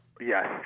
Yes